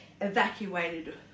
evacuated